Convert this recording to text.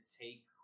take